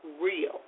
real